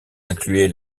incluait